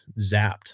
zapped